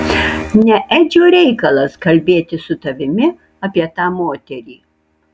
ne edžio reikalas kalbėti su tavimi apie tą moterį